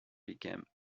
became